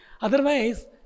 Otherwise